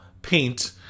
paint